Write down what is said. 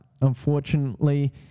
unfortunately